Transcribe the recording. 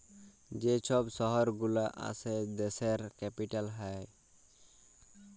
যে ছব শহর গুলা আসে দ্যাশের ক্যাপিটাল হ্যয়